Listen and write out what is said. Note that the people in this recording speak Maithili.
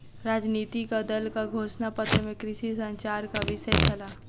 राजनितिक दलक घोषणा पत्र में कृषि संचारक विषय छल